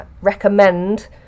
recommend